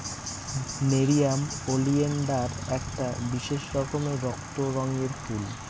nerium oleander একটা বিশেষ রকমের রক্ত রঙের ফুল